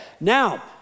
Now